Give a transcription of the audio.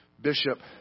Bishop